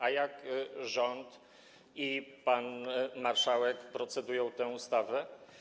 A jak rząd i pan marszałek procedują nad tą ustawą?